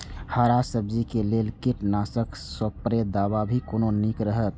हरा सब्जी के लेल कीट नाशक स्प्रै दवा भी कोन नीक रहैत?